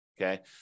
okay